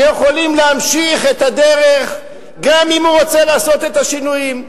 שיכולים להמשיך את הדרך גם אם הוא רוצה לעשות את השינויים.